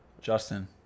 Justin